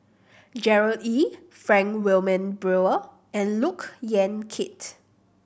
Gerard Ee Frank Wilmin Brewer and Look Yan Kit